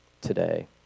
today